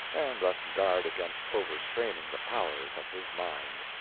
and thus guard against overstraining the powers of his mind.